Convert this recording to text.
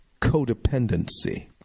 codependency